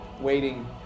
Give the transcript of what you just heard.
waiting